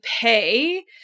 pay